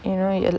you know